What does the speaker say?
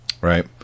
Right